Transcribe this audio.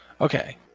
Okay